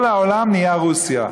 כל העולם נהיה רוסיה.